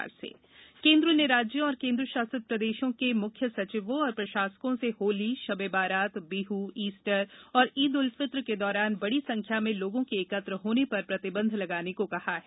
corona रोक देश केन्द्र ने राज्यों और केन्द्रशासित प्रदेशों के मुख्य सचिवों और प्रशासकों से होली शब ए बारात बिहू ईस्टर और ईद उल फित्र के दौरान बडी संख्या में लोगों के एकत्र होने पर प्रतिबंध लगाने को कहा है